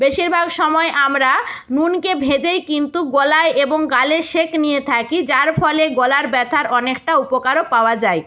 বেশিরভাগ সময়ে আমরা নুনকে ভেজেই কিন্তু গলায় এবং গালে সেঁক নিয়ে থাকি যার ফলে গলার ব্যথার অনেকটা উপকারও পাওয়া যায়